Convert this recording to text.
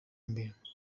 mbere